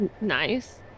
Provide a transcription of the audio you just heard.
nice